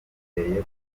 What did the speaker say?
yamuteye